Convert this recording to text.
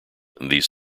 these